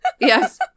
yes